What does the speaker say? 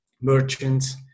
merchants